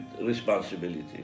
responsibility